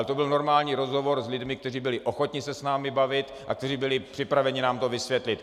To byl normální rozhovor s lidmi, kteří byli ochotni se s námi bavit a kteří byli připraveni nám to vysvětlit.